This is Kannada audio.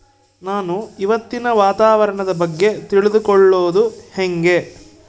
ನಾನು ಇವತ್ತಿನ ವಾತಾವರಣದ ಬಗ್ಗೆ ತಿಳಿದುಕೊಳ್ಳೋದು ಹೆಂಗೆ?